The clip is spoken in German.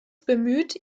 bemüht